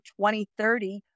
2030